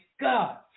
God